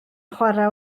chwarae